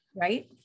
right